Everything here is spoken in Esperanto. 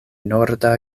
norda